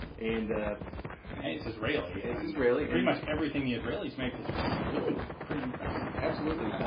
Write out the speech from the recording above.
and ah and it's israeli. it's israeli. pretty much anything israelis make is really pretty impressive. absolutely.